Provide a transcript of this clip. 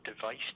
device